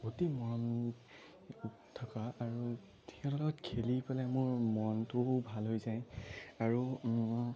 অতি মৰম থকা আৰু সিহঁতৰ লগত খেলি পেলাই মোৰ মনটোও ভাল হৈ যায় আৰু